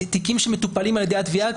תיקים שמטופלים על ידי התביעה.